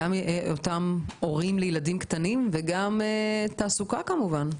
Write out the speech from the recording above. עבור הורים לילדים קטנים וגם תעסוקה כמובן.